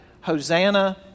Hosanna